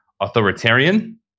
authoritarian